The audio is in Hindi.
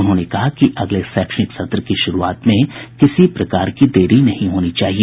उन्होंने कहा कि अगले शैक्षणिक सत्र की शुरूआत में किसी प्रकार की देरी नहीं होनी चाहिए